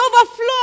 overflow